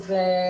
כן.